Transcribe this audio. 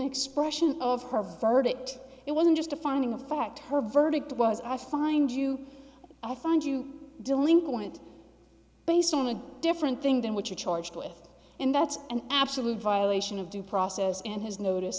expression of her verdict it wasn't just a finding of fact her verdict was i find you i find you delinquent based on a different thing than what you're charged with and that's an absolute violation of due process and his notice